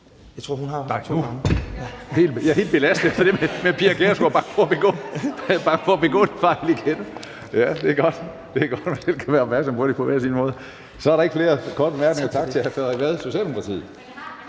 Jeg tror, hun har haft to gange.) Jeg er helt belastet efter det med Pia Kjærsgaard. Jeg er bange for at begå en fejl igen. Det er godt, at man kan være opmærksom på det på hver sin måde. Så er der ikke flere korte bemærkninger. Tak til hr. Frederik Vad, Socialdemokratiet.